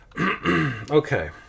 okay